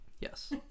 yes